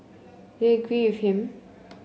do you agree with him